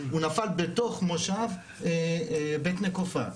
הוא נפל בתוך מושב בית נקופה.